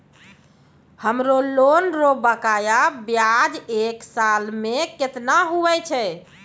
हमरो लोन रो बकाया ब्याज एक साल मे केतना हुवै छै?